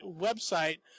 website